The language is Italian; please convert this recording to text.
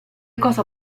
cosa